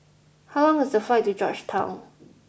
how long is the flight to Georgetown